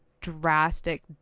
drastic